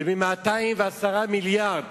ומ-210 מיליארד